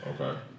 okay